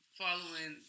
following